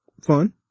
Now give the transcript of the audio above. Fun